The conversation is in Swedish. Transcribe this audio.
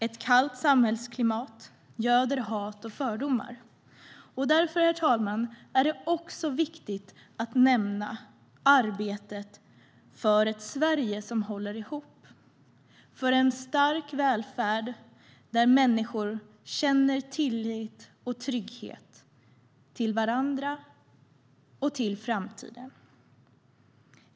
Ett kallt samhällsklimat göder hat och fördomar. Därför, herr talman, är det viktigt att nämna arbetet för ett Sverige som håller ihop och för en stark välfärd där människor känner tillit och trygghet till varandra och inför framtiden.